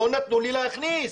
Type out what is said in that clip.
לא נתנו לי להכניס.